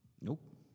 Nope